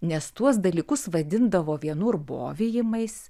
nes tuos dalykus vadindavo vienur bovyjimais